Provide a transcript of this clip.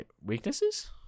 weaknesses